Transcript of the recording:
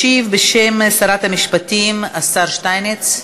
ישיב, בשם שרת המשפטים, השר שטייניץ.